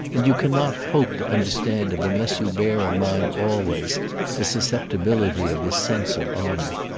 and you cannot hope to understand him unless you bear in mind always the susceptibility of his sense of honour.